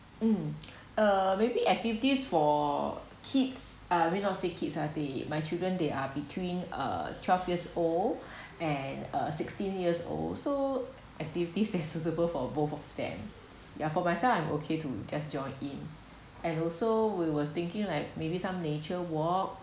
um uh maybe activities for kids ah they not say kids ah they my children they are between uh twelve years old and uh sixteen years old so activities that suitable for both of them ya for myself I'm okay to just join in and also we were thinking like maybe some nature walk